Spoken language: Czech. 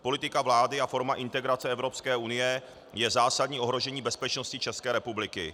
Politika vlády a forma integrace Evropské unie je zásadní ohrožení bezpečnosti České republiky.